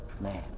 man